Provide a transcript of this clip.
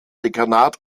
dekanat